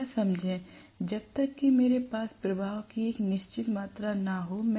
कृपया समझें जब तक कि मेरे पास प्रवाह की एक निश्चित मात्रा न हो